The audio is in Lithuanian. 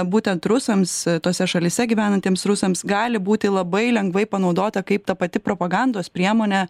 būtent rusams tose šalyse gyvenantiems rusams gali būti labai lengvai panaudota kaip ta pati propagandos priemonė